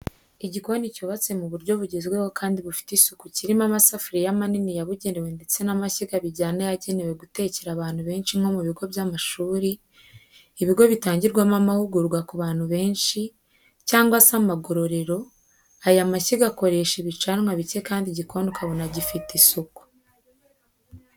Igikoni cyubatse mu buryo bugezweho kandi bufite isuku kirimo amasafuriya manini yabugenewe ndetse n'amashyiga bijyana yagenewe gutekera abantu benshi nko mu bigo by'amashuri, ibigo bitangirwamo amahugurwa ku bantu benshi, cyangwa se amagororero, aya mashyiga akoresha ibicanwa bicye kandi igikoni ukabona gifite isuku.